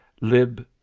Lib